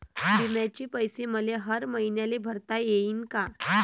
बिम्याचे पैसे मले हर मईन्याले भरता येईन का?